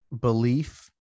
belief